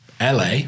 LA